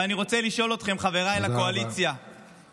ואני רוצה לשאול אתכם, חבריי לקואליציה, תודה רבה.